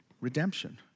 Redemption